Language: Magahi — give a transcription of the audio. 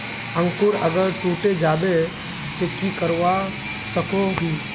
अंकूर अगर टूटे जाबे ते की करवा सकोहो ही?